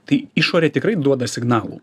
tai išorė tikrai duoda signalų